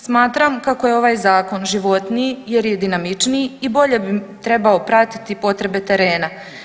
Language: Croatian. Smatram kako je ovaj Zakon životniji jer je dinamičnije i bolje bi trebao pratiti potrebe terena.